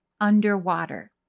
underwater